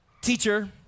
Teacher